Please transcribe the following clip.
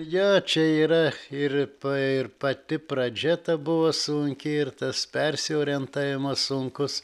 jo čia yra ir pa ir pati pradžia ta buvo sunki ir tas persiorientavimas sunkus